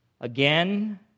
again